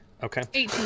Okay